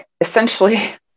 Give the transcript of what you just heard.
Essentially